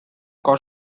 cosa